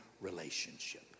relationship